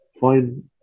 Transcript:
find